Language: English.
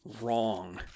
wrong